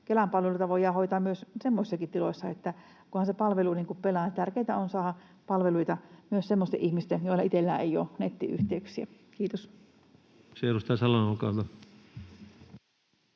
Kelan palveluita voidaan hoitaa semmoisissakin tiloissa, kunhan se palvelu pelaa. Tärkeintä on myös semmoisten ihmisten saada palveluita, joilla itsellään ei ole nettiyhteyksiä. — Kiitos.